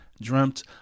Dreamt